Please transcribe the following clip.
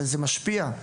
זה משפיע.